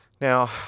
Now